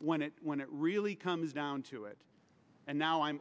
when it when it really comes down to it and now i'm